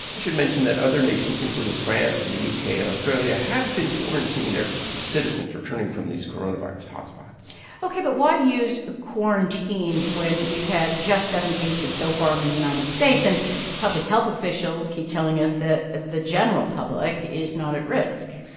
i should mention that other nations, including france and the u k. and australia, have been quarantining their citizens returning from these coronavirus hotspots ok, but why use quarantines when we've had just seven cases so far in the united states and public health officials keep telling us that the general public is not at risk?